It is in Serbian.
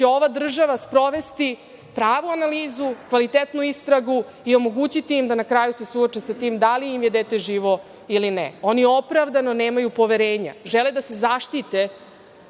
će ova država sprovesti pravu analizu, kvalitetnu istragu i omogućiti im da se na kraju suoče sa tim da li im je dete živo ili ne? Oni opravdano nemaju poverenja, žele da se zaštite